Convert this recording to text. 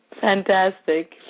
fantastic